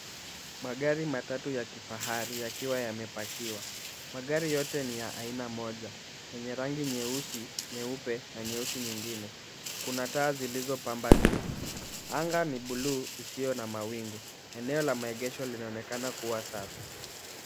Magari matatu ya kifahari yakiwa yamepakiwa, magari yote ni ya aina moja, yenye rangi nyeusi, nyeupe na nyeusi nyingine, kuna taa zilizopamba juu, anga ni buluu isiyo na mawingu, eneo la maegesho linaonekana kuwa safi.